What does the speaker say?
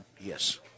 yes